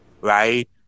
right